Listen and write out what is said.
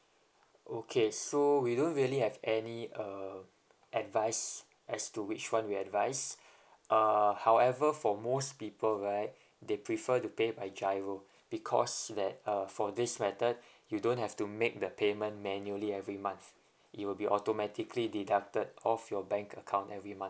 okay so we don't really have any uh advice as to which one we advise however for most people right they prefer to pay by G_I_R_O because that uh for this method you don't have to make the payment manually every month it will be automatically deducted off your bank account every month